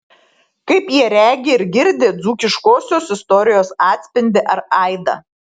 kaip jie regi ir girdi dzūkiškosios istorijos atspindį ar aidą